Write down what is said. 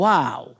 Wow